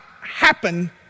happen